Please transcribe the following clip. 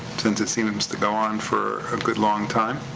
since it seems to go on for a good long time.